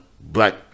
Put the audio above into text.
black